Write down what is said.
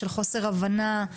חוסר הבנה,